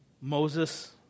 Moses